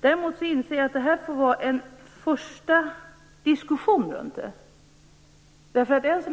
Däremot inser jag att detta får vara en första diskussion om detta. Jag